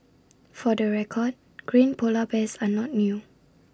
for the record green Polar Bears are not new